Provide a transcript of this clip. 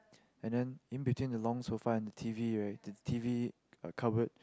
and then in between the long sofa and the T_V right the T_V uh cupboard